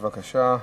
בבקשה,